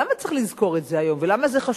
למה צריך לזכור את זה היום ולמה זה חשוב?